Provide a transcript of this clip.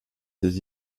ses